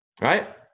Right